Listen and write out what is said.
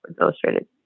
Illustrated